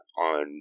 on